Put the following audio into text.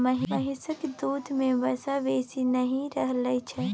महिषक दूध में वसा बेसी नहि रहइ छै